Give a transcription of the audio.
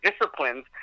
disciplines